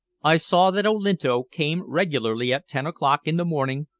i saw that olinto came regularly at ten o'clock in the morning,